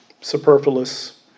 superfluous